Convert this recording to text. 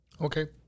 Okay